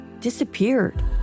disappeared